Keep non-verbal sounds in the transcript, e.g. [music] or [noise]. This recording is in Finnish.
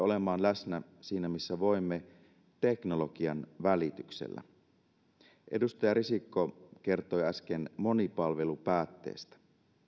[unintelligible] olemaan läsnä siinä missä voimme teknologian välityksellä edustaja risikko kertoi äsken monipalvelupäätteestä